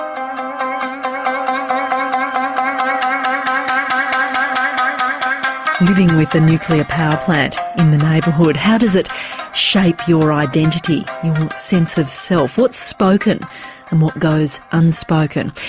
um living with a nuclear power plant in the neighbourhood, how does it shape your identity, your sense of self, what's spoken and what goes unspoken?